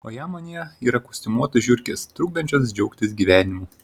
o jam anie yra kostiumuotos žiurkės trukdančios džiaugtis gyvenimu